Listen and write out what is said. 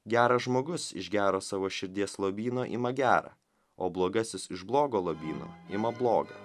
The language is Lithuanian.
geras žmogus iš gero savo širdies lobyno ima gerą o blogasis iš blogo lobyno ima blogą